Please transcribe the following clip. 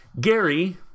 Gary